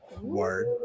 Word